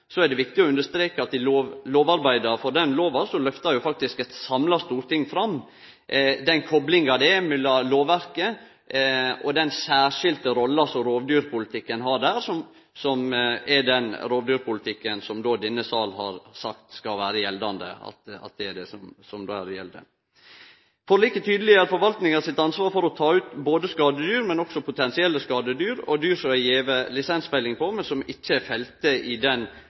er det viktig å understreke at i lovarbeida for den lova lyftar faktisk eit samla storting fram den koplinga det er mellom lovverket og den særskilde rolla som rovdyrpolitikken har der, og som er den rovdyrpolitikken som denne salen har sagt skal vere gjeldande – at det er det som gjeld. Forliket tydeleggjer forvaltninga sitt ansvar for å ta ut både skadedyr, potensielle skadedyr og dyr som det er gjeve lisensfelling på, men som ikkje er felte i den